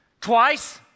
twice